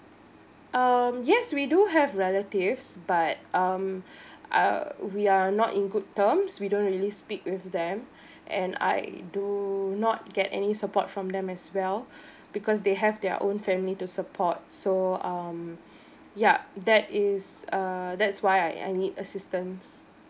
um yes we do have relatives but um ugh we are not in good terms we don't really speak with them and I do not get any support from them as well because they have their own family to support so um yup that is uh that's why I I need assistance